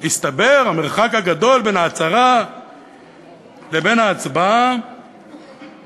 המרחק הגדול שבין ההצהרה לבין ההצבעה